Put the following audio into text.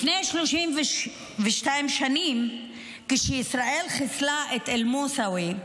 לפני 32 שנים, כשישראל חיסלה את אל-מוסאווי,